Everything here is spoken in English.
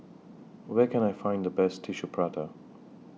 Where Can I Find The Best Tissue Prata